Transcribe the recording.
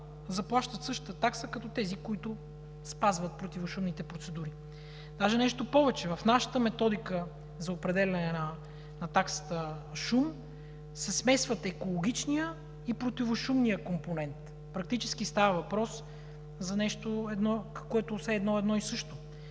заплащат същата такса като тези, които спазват противошумните процедури. Даже нещо повече, в нашата методика за определяне на таксата „шум“ се сместват екологичният и противошумният компонент – практически става въпрос за нещо, което е едно и също.